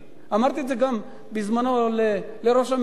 אמרתי את זה גם, בזמנו, לראש הממשלה.